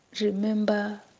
remember